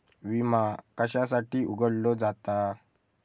विमा कशासाठी उघडलो जाता?